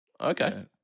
okay